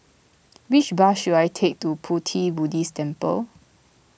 which bus should I take to Pu Ti Buddhist Temple